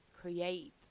create